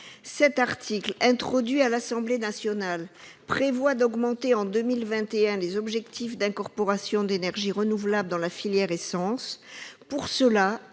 Cet article, introduit à l'Assemblée nationale, prévoit d'augmenter en 2021 les objectifs d'incorporation d'énergies renouvelables dans la filière essence.